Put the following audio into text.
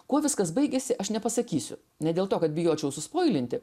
kuo viskas baigėsi aš nepasakysiu ne dėl to kad bijočiau suspoilinti